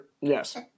Yes